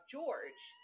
George